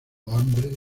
hambre